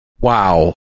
Wow